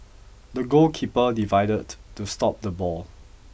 the goalkeeper divided to stop the ball